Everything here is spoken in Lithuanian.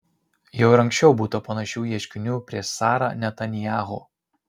jau ir anksčiau būta panašių ieškinių prieš sara netanyahu